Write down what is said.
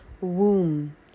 womb